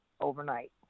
overnight